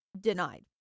denied